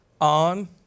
on